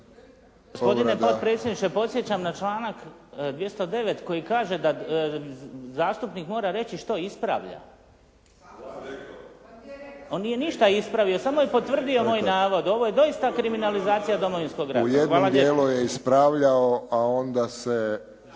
Gospodine potpredsjedniče podsjećam na članak 209. koji kaže da zastupnik mora reći što ispravlja. … /Upadica se ne čuje./ … On nije ništa ispravio, samo je potvrdio moj navod. Ovo je doista kriminalizacija Domovinskog rata. **Friščić, Josip (HSS)** U jednom dijelu je ispravljao, a onda se